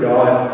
God